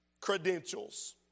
credentials